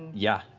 yeah.